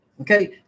okay